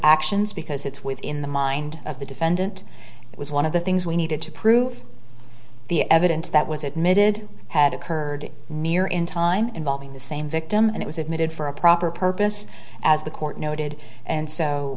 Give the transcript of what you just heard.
actions because it's within the mind of the defendant it was one of the things we needed to prove the evidence that was admitted had occurred near in time involving the same victim and it was admitted for a proper purpose as the court noted and so